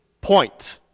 point